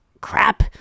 crap